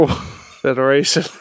Federation